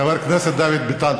חבר הכנסת דוד ביטן.